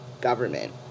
government